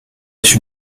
issu